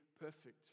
perfect